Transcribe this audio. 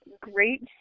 great